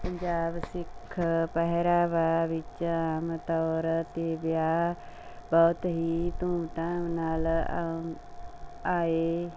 ਪੰਜਾਬ ਸਿੱਖ ਪਹਿਰਾਵੇ ਵਿੱਚ ਆਮ ਤੌਰ 'ਤੇ ਵਿਆਹ ਬਹੁਤ ਹੀ ਧੂਮਧਾਮ ਨਾਲ ਆਏ